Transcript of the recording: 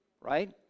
Right